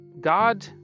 God